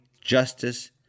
justice